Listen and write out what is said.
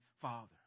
father